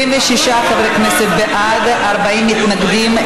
26 חברי כנסת בעד, 40 מתנגדים.